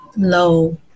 Low